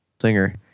singer